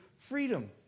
freedom